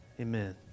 Amen